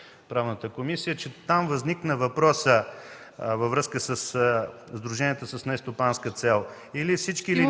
Правната комисия, че там възникна въпрос във връзка със сдружението с нестопанска цел – или всички, или никой.